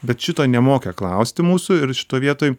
bet šito nemokė klausti mūsų ir šitoj vietoj